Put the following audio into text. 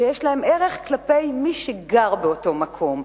שיש להן ערך כלפי מי שגר באותו מקום.